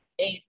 eight